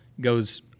goes